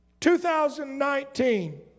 2019